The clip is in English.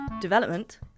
development